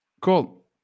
cool